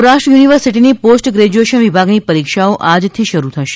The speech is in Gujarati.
સૌરાષ્ટ્ર યુનિવર્સિટીની પોસ્ટ ગ્રેજ્યુએશન વિભાગની પરીક્ષાઓ આજથી શરૂ થશે